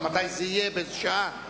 מתי זה יהיה, באיזו שעה?